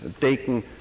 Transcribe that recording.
taken